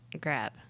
grab